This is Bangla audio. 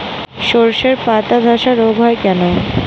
শর্ষের পাতাধসা রোগ হয় কেন?